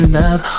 love